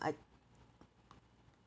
I